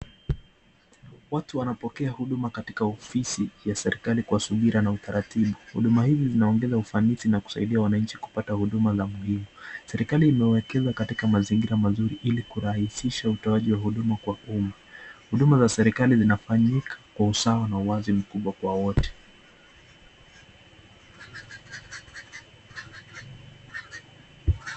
Watu wanapokea huduma katika ofisi ya serikali kwa subira na utaratibu. Huduma hii inaongeza ufanisi na kusaidia wananchi kupata huduma za muhimu. Serikali imewaekeza kwa mazingira mzuri ili kurahisisha utoaji wa huduma kwa uma. Huduma za serikali zinafanyika kwa usawa na wazi mkubwa kwa wote.